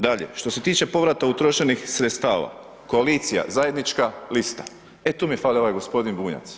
Dalje, što ste tiče povrata utrošenih sredstava, koalicija zajednička lista, e tu mi fali ovaj gospodin Bunjac.